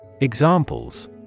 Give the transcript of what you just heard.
Examples